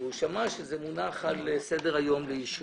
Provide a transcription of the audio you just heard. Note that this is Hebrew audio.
הוא שמע שזה מונח על סדר היום לאישור.